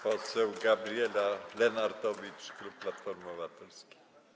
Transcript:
Poseł Gabriela Lenartowicz, klub Platforma Obywatelska.